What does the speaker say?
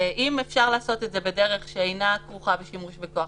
אם אפשר לעשות את זה בדרך שאינה כרוכה בשימוש בכוח,